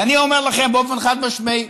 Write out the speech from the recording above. ואני אומר לכם באופן חד-משמעי,